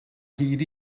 hyd